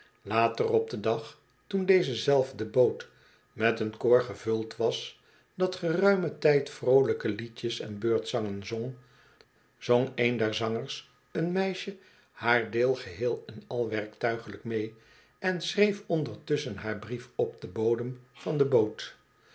later op den dag teen deze zelfde boot met een koor gevuld was dat geruim en tijd vroolijke liedjes en beurtzangen zong zong een der zangers een meisje haar deel geheel en al werktuiglijk mee en schreef ondertusschen haar brief op den bodem der boot